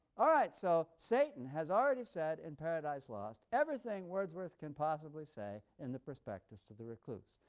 all right. so satan has already said in paradise lost everything wordsworth can possibly say in the prospectus to the recluse.